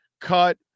cut